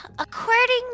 According